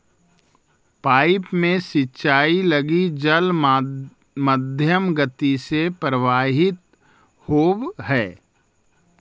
pipe में सिंचाई लगी जल मध्यम गति से प्रवाहित होवऽ हइ